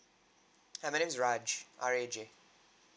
hi my name is raj R A J